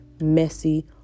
messy